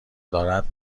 دارد